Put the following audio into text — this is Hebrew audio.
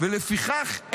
ולפיכך,